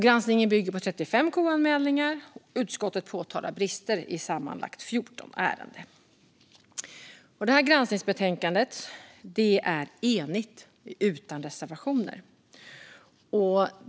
Granskningen bygger på 35 KU-anmälningar, och utskottet påtalar brister i sammanlagt 14 ärenden. Utskottet är i granskningsbetänkandet enigt utan reservationer.